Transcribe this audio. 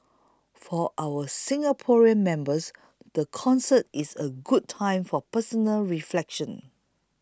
for our Singaporean members the concert is a good time for personal reflection